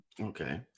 Okay